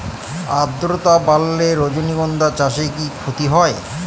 আদ্রর্তা বাড়লে রজনীগন্ধা চাষে কি ক্ষতি হয়?